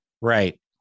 Right